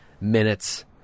minutes